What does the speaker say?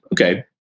Okay